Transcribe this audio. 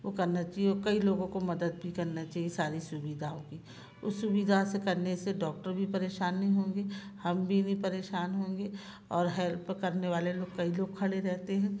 वो करना चाहिए और कई लोगो को मदद भी करना चाहिए सारी सुविधाओं उस सुविधा से करने से डॉक्टर भी परेशान नहीं होंगे हम भी नहीं परेशान होंगे और हेल्प करने वाले लोग कई लोग खड़े रेहते हैं